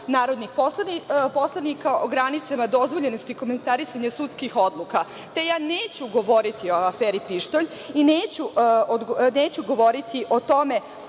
narodnih poslanika, o granicama dozvoljenosti komentarisanja sudskih odluka. Te, ja neću govoriti o aferi „Pištolj“ i neću govoriti o tome,